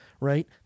right